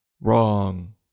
Wrong